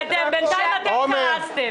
בינתיים אתם קרסתם.